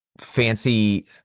fancy